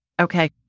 Okay